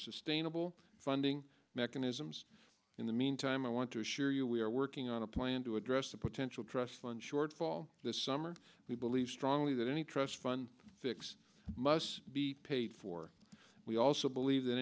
sustainable funding mechanisms in the meantime i want to assure you we are working on a plan to address a potential trust fund shortfall this summer we believe strongly that any trust fund fix must be paid for we also believe that